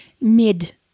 mid